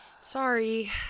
Sorry